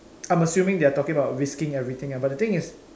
I'm assuming they are talking about risking everything ah but the thing is